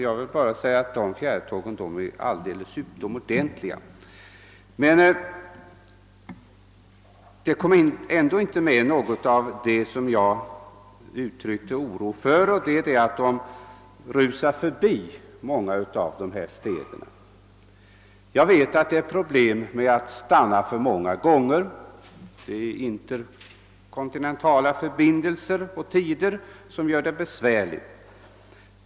Dessa fjärrtåg är alldeles utomordentliga. Men statsrådet tog inte upp det förhållande som jag uttryckte oro för, nämligen att tågen rusar förbi många städer. Jag vet att det är förenat med problem att stanna för många gånger; de interkontinentala förbindelserna gör att tider måste passas.